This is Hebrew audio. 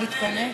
מתפננת.